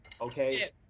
Okay